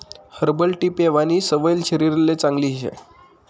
herbal tea पेवानी सवय शरीरले चांगली शे